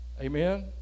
amen